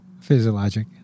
Physiologic